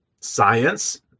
Science